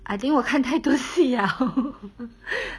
I think 我看太多戏 liao